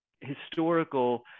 historical